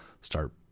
start